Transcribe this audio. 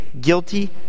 guilty